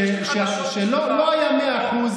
שלא היה מאה אחוז,